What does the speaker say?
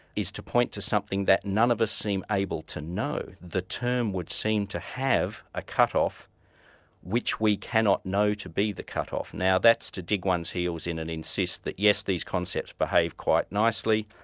is to point to something that none of us seem able to know. the term would seem to have a cut off which we cannot know to be the cut off. now that's to dig one's heels in and insist that yes, these concepts behave quite nicely,